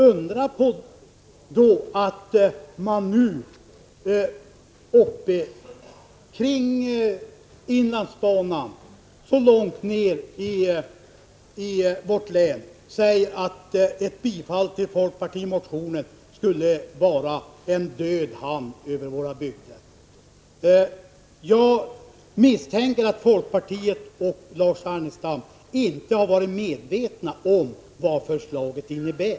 Undra då på att man nu så långt ned i vårt län som kring inlandsbanan säger att ett bifall till folkpartimotionen skulle verka som en död hand över våra bygder. Jag misstänker att folkpartiet och Lars Ernestam inte har varit medvetna om vad förslaget innebär.